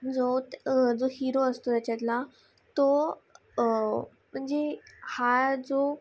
जो जो हीरो असतो त्याच्यातला तो म्हणजे हा जो